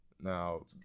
Now